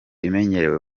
imenyerewe